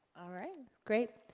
all right, great.